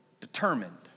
determined